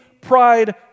pride